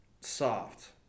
soft